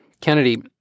Kennedy